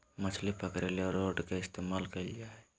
मछली पकरे ले रॉड के इस्तमाल कइल जा हइ